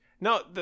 no